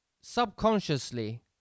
Subconsciously